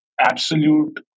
absolute